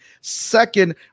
second